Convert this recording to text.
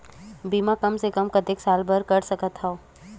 बीमा कम से कम कतेक साल के बर कर सकत हव?